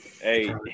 Hey